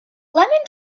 lemon